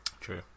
True